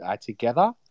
together